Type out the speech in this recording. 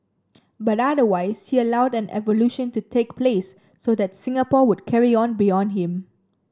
but otherwise he allowed an evolution to take place so that Singapore would carry on beyond him